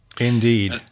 Indeed